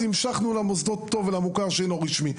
המשכנו למוסדות פטור ולמוכר שאינו רשמי.